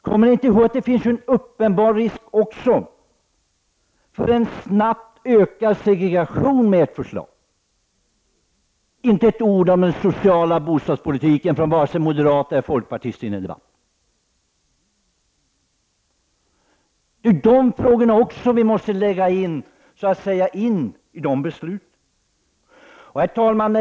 Kommer ni inte ihåg att det finns en uppenbar risk för en snabbt ökad segregation med ett sådant förslag? Det sägs inte ett ord om den sociala bostadspolitiken från vare sig moderater eller folkpartister i denna debatt. Även de frågorna måste vägas in i besluten.